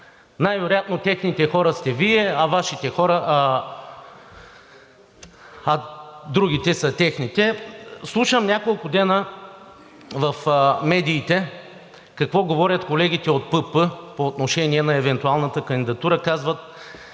Най-вероятно техните хора сте Вие, а другите са техните. Слушам няколко дена в медиите какво говорят колегите от ПП по отношение на евентуалната кандидатура. Казват,